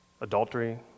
adultery